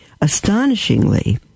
Astonishingly